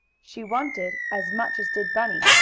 she wanted, as much as did bunny,